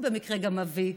הוא במקרה גם אבי,